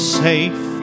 safe